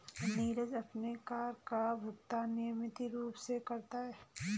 नीरज अपने कर का भुगतान नियमित रूप से करता है